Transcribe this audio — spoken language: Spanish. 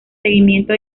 seguimiento